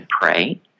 pray